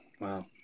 Wow